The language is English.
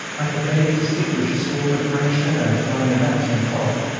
i could barely distinguish a swarm of grey shadows running about in the fog.